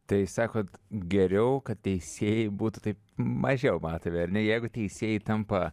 tai sakot geriau kad teisėjai būtų taip mažiau matomi ar ne jeigu teisėjai tampa